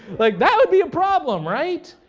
like that would be a problem, right?